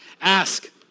Ask